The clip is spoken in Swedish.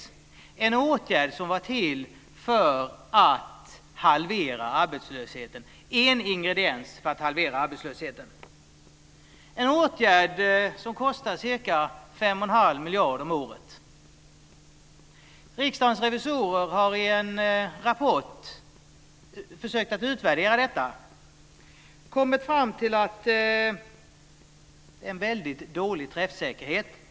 Det var en åtgärd, en ingrediens, som vidtogs för att halvera arbetslösheten. Det var en åtgärd som kostade ca 5 1⁄2 miljarder kronor om året. Riksdagens revisorer har i en rapport försökt att utvärdera detta. Revisorerna har kommit fram till att det har varit en dålig träffsäkerhet.